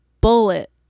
bullet